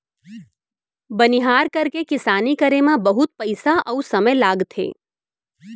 बनिहार करके किसानी करे म बहुत पइसा अउ समय लागथे